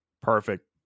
perfect